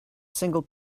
single